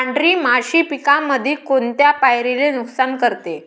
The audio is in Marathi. पांढरी माशी पिकामंदी कोनत्या पायरीले नुकसान करते?